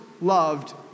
Loved